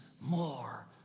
more